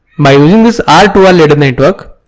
by using this r two r ladder network,